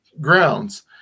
grounds